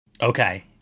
Okay